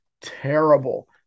terrible